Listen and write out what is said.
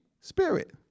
spirit